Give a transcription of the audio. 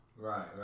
right